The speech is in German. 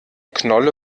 knolle